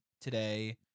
today